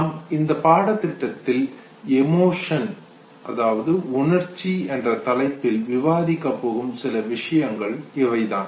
நாம் இந்த பாடத்திட்டத்தில் எமோஷன் உணர்ச்சி என்ற தலைப்பில் விவாதிக்கப் போகும் சில விஷயங்கள் இவை தான்